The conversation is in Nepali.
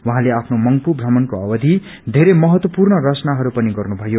उहाँले आफ्नो मंग्पू भ्रमणको अवधि वेरै महत्वपूर्ण रचनाहरू पनि गर्नुभयो